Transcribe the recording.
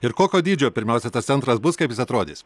ir kokio dydžio pirmiausia tas centras bus kaip jis atrodys